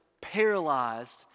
paralyzed